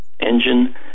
engine